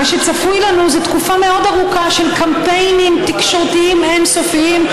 מה שצפוי לנו זה תקופה ארוכה מאוד של קמפיינים תקשורתיים אין-סופיים,